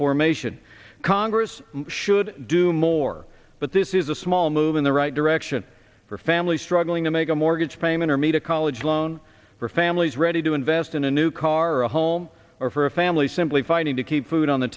formation congress should do more but this is a small move in the right direction for families struggling to make a mortgage payment or meet a college loan for families ready to invest in a new car or a home or for a family simply fighting to keep food on the